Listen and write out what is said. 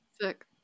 Sick